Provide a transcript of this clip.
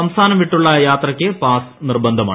സംസ്ഥാനം വിട്ടുള്ള് യാത്രക്ക് പാസ് നിർബന്ധമാണ്